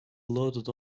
loaded